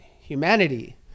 humanity